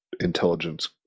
intelligence